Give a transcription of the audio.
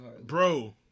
bro